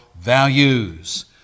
values